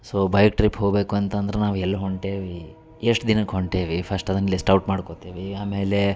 so bike trip ಹೋಗಬೇಕು ಅಂತಂದ್ರ ನಾವು ಎಲ್ಲಿ ಹೊಂಟೇವಿ ಎಷ್ಟ್ ದಿನಕ್ಕೆ ಹೊಂಟೇವಿ ಫಸ್ಟ್ ಅದನ್ನ ಲಿಸ್ಟ್ ಔಟ್ ಮಾಡ್ಕೊತೀವಿ ಆಮೇಲೆ